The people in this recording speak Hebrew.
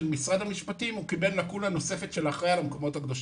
משרד המשפטים הוא קיבל תפקיד נוסף של האחראי על המקומות הקדושים.